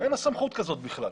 אין לו סמכות כזאת בכלל.